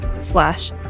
slash